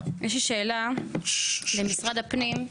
יש לי שאלה למשרד הפנים.